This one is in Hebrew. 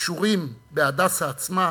הקשורים ב"הדסה" עצמו,